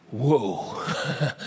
whoa